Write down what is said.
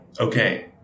okay